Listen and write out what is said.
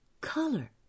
color